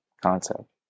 concept